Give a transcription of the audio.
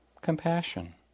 compassion